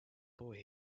boy